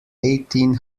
eighteen